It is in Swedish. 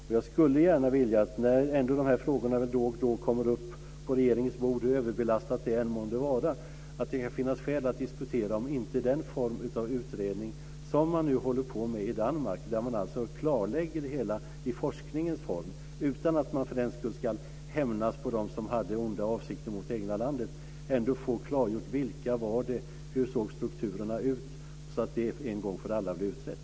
Dessa frågor kommer väl ändå då och då upp på regeringens bord, hur överbelastat det än månde vara. Det kan finnas skäl att då diskutera om inte den form av utredning som man nu håller på med i Danmark skulle vara bra, där man klarlägger allt i forskningens form och utan att för den skull hämnas på dem som hade onda avsikter mot det egna landet. Då skulle man få klargjort vilka det var och hur strukturerna såg ut, så att det en gång för alla blev utrett.